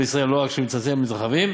בישראל לא רק שלא מצטמצמים אלא מתרחבים: